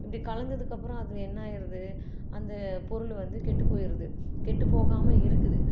இப்படி கலந்ததுக்கப்பறம் அதில் என்னாயிடுது அந்த பொருள் வந்து கெட்டுப்போயிடுது கெட்டுப்போகாமல் இருக்குது